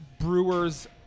brewers